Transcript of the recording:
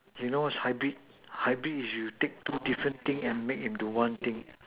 you know what's hybrid hybrid is you take two different things and make into one thing